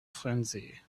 frenzy